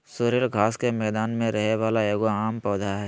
sorrel घास के मैदान में रहे वाला एगो आम पौधा हइ